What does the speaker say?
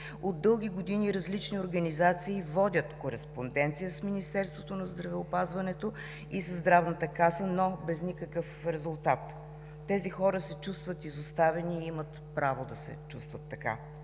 От дълги години различни организации водят кореспонденция с Министерството на здравеопазването и със Здравната каса, но без никакъв резултат. Тези хора се чувстват изоставени и имат право да се чувстват така.